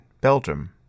Belgium